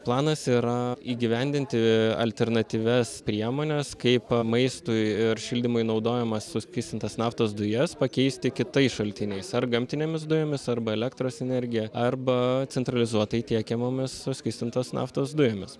planas yra įgyvendinti alternatyvias priemones kaip maistui ir šildymui naudojamas suskystintas naftos dujas pakeisti kitais šaltiniais ar gamtinėmis dujomis arba elektros energija arba centralizuotai tiekiamomis suskystintos naftos dujomis